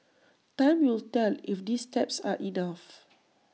time will tell if these steps are enough